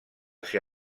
ser